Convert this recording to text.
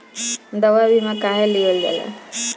दवा बीमा काहे लियल जाला?